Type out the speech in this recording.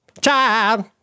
Child